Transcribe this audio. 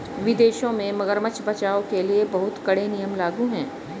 विदेशों में मगरमच्छ बचाओ के लिए बहुत कड़े नियम लागू हैं